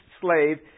slave